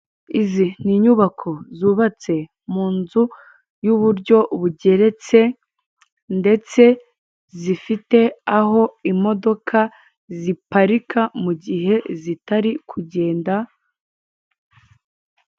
Izi ni inyubako zubatse munzu y'uburyo bugeretse ndetse zifite aho imodoka ziparika mugihe zitari kugenda.